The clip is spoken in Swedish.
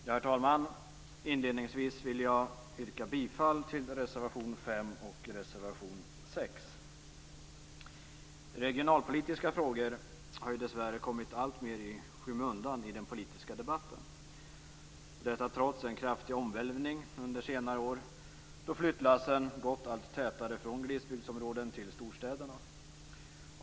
Herr talman! Inledningsvis vill jag yrka bifall till reservation 5 och reservation 6. Regionalpolitiska frågor har dessvärre kommit alltmer i skymundan i den politiska debatten. Detta trots en kraftig omvälvning under senare år då flyttlassen gått allt tätare från glesbygdsområden till storstäderna.